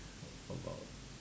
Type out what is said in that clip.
about